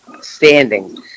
Standing